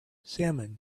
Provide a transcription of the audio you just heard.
salmon